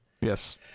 Yes